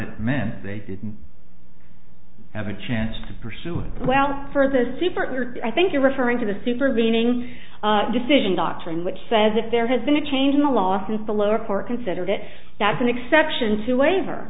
it meant they didn't have a chance to pursue it well for the super i think you're referring to the supervening decision doctrine which says if there has been a change in the law since the lower court considered it that's an exception to waiver